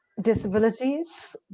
disabilities